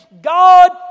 God